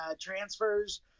transfers